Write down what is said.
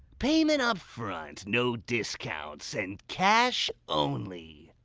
payment up front, no discounts and cash only!